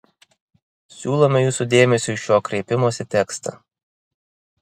siūlome jūsų dėmesiui šio kreipimosi tekstą